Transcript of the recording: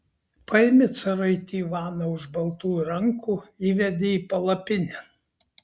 paėmė caraitį ivaną už baltųjų rankų įvedė į palapinę